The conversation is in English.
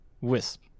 Wisp